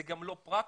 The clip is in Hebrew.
זה גם לא פרקטי,